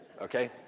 Okay